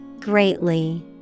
Greatly